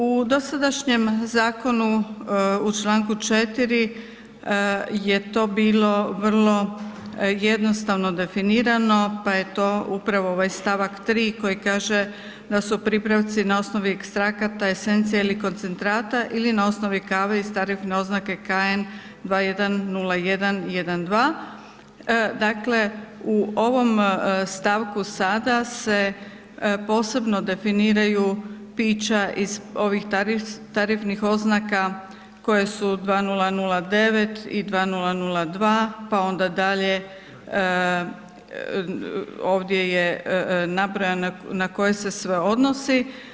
U dosadašnjem zakonu u čl. 4 je to bilo vrlo jednostavno definirano pa je to upravo ovaj st. 3 koji kaže da su „pripravci na osnovi ekstrakata esencija ili koncentrata ili na osnovi kave iz tarifne oznake KN210112“ dakle u ovom stavku sada se posebno definiraju iz ovih tarifnih oznaka koje su 2009 i 2002, pa onda dalje ovdje je nabrojano na koje se sve odnosi.